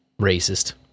Racist